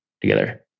together